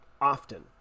often